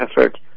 effort